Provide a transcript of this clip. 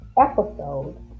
episode